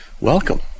Welcome